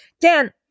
Dan